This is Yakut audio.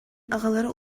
аҕалара